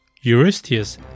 Eurystheus